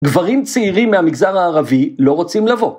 גברים צעירים מהמגזר הערבי לא רוצים לבוא.